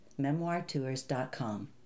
memoirtours.com